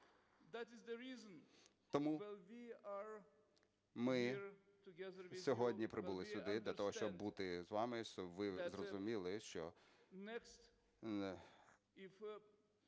Тому ми сьогодні прибули сюди для того, щоб бути з вами, щоб ви зрозуміли: якщо